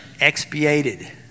Expiated